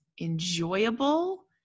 enjoyable